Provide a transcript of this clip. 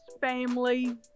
Family